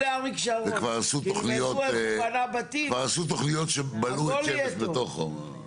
וכבר עשו תוכניות שבלעו את שבס בתוכו.